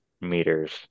meters